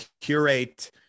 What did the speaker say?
curate